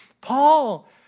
Paul